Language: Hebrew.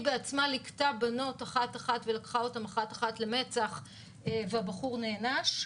היא בעצמה ליקטה בנות אחת-אחת ולקחה אותן אחת-אחת למצ"ח והבחור נענש.